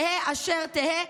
תהא אשר תהא,